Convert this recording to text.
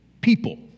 people